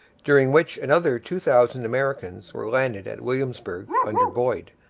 during which another two thousand americans were landed at williamsburg under boyd,